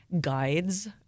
guides